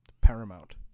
paramount